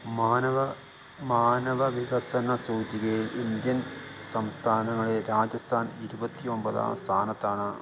മാനവവികസന സൂചികയിൽ ഇന്ത്യൻ സംസ്ഥാനങ്ങളിൽ രാജസ്ഥാൻ ഇരുപത്തിയൊമ്പതാം സ്ഥാനത്താണ്